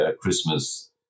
Christmas